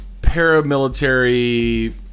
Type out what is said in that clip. paramilitary